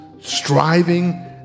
striving